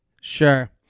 Sure